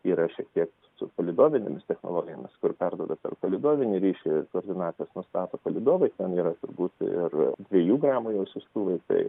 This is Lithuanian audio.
yra šiek tiek su palydovinėmis technologijomis kur perduoda per palydovinį ryšį koordinates nustato palydovai ten yra turbūt ir dviejų gramų jau siųstuvai tai